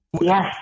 Yes